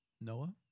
Noah